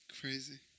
Crazy